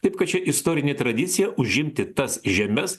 taip kad ši istorinė tradicija užimti tas žemes